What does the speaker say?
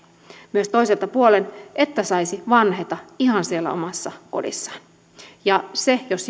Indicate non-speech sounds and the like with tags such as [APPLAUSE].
myös toiselta puolen saisi vanheta ihan siellä omassa kodissaan ja se jos [UNINTELLIGIBLE]